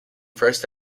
first